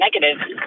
negative